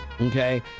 okay